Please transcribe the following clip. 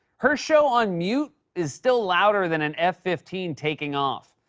her show on mute is still louder than an f fifteen taking off.